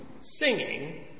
singing